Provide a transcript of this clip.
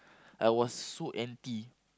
I was so anti